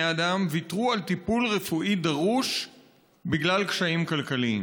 אדם ויתרו על טיפול רפואי דרוש בגלל קשיים כלכליים.